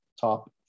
top